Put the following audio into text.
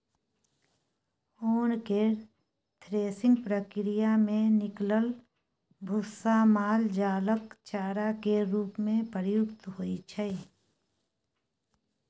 ओन केर थ्रेसिंग प्रक्रिया मे निकलल भुस्सा माल जालक चारा केर रूप मे प्रयुक्त होइ छै